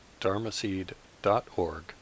dharmaseed.org